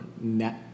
net